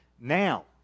now